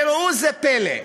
וראו זה פלא,